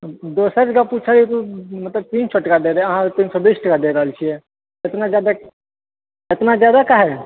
दोसर जगह पूछै हियै तऽ तीन सए टका दय रहै अहाँ तीन सए बीस टका दऽ रहल छियै इतना जादा इतना जादा काहे है